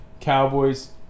Cowboys